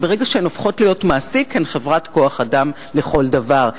אבל ברגע שהן הופכות להיות מעסיק הן חברת כוח-אדם לכל דבר.